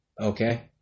Okay